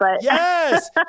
Yes